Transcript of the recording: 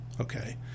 Okay